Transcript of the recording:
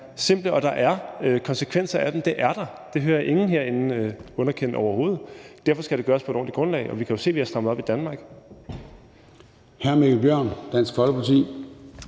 og der er konsekvenser af dem. Det er der – det hører jeg ingen herinde underkende overhovedet. Derfor skal det gøres på et ordentligt grundlag, og vi kan jo se, vi har strammet op i Danmark.